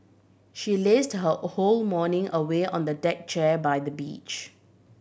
she lazed her whole morning away on a deck chair by the beach